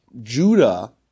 Judah